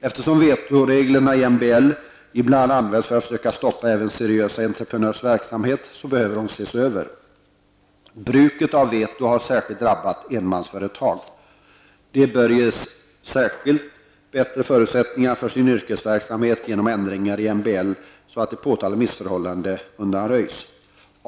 Eftersom vetoreglerna i MBL ibland används för att försöka stoppa även seriösa entreprenörers verksamhet, behöver lagen ses över. Bruket av vetot har särskilt hårt drabbat enmansföretag. Dessa bör särskilt ges bättre förutsättningar för sin yrkesverksamhet genom ändringar i MBL, så att påtalade missförhållanden undanröjs.